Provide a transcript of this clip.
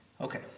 Okay